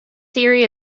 theory